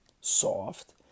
soft